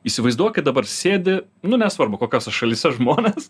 įsivaizduokit dabar sėdi nu nesvarbu kokiose šalyse žmonės